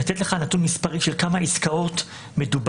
לתת לך נתון מספרי של כמה עסקאות מדובר,